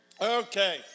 Okay